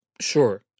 Sure